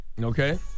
Okay